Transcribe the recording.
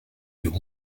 you